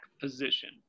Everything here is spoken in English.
position